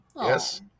Yes